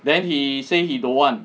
then he say he don't want